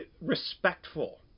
respectful